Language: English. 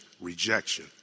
Rejection